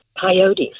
coyotes